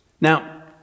Now